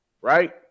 Right